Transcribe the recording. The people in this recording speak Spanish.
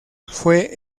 fue